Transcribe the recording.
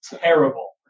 terrible